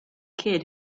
kid